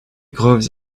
grows